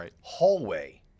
hallway